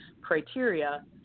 criteria